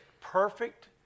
perfect